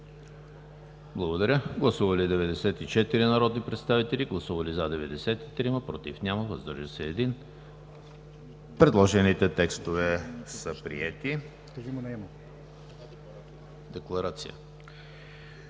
става § 37. Гласували 94 народни представители: за 93, против няма, въздържал се 1. Предложените текстове са приети. Декларация